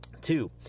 Two